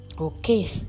okay